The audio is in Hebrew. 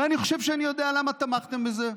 ואני חושב שאני יודע למה תמכתם בזה,